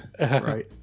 Right